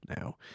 now